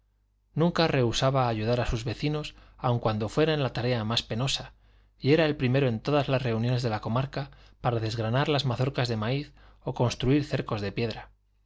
nunca rehusaba ayudar a sus vecinos aun cuando fuera en la tarea más penosa y era el primero en todas las reuniones de la comarca para desgranar las mazorcas de maíz o construir cercos de piedra